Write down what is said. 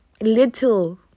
little